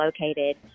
located